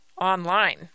online